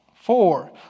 four